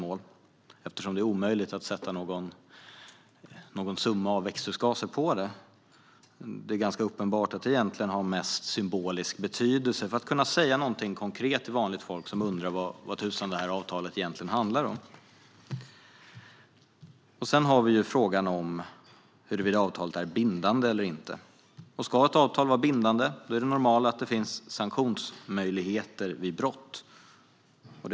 Det är omöjligt att fastställa någon summa av växthusgaser, och det är uppenbart att det enbart har symbolisk betydelse för att man ska kunna säga någonting konkret till vanligt folk som undrar vad tusan detta avtal egentligen handlar om. Sedan har vi frågan huruvida avtalet är bindande eller inte. Ska ett avtal vara bindande är det normala att det finns sanktionsmöjligheter vid brott mot avtalet.